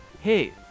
hey